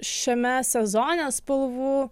šiame sezone spalvų